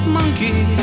monkey